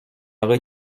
aurait